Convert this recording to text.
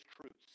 truths